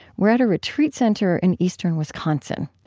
we're at a retreat center in eastern wisconsin.